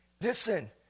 Listen